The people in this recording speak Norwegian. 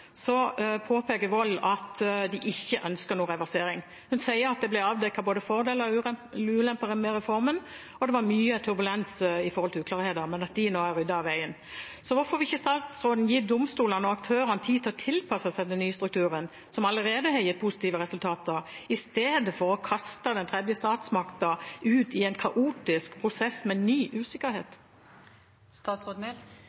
påpeker Wold at de ikke ønsker noen reversering. Hun sier at det ble avdekket både fordeler og ulemper med reformen, og det var mye turbulens rundt uklarheter, men at de nå er ryddet av veien. Så hvorfor vil ikke statsråden gi domstolene og aktørene tid til å tilpasse seg den nye strukturen som allerede har gitt positive resultater, i stedet for å kaste den tredje statsmakten ut i en kaotisk prosess med ny